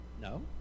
No